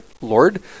lord